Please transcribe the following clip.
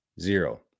zero